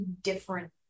different